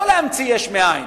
לא להמציא יש מאין,